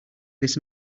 this